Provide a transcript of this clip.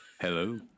Hello